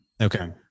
Okay